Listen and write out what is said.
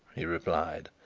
he replied,